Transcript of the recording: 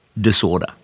Disorder